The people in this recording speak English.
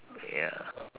ya